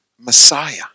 Messiah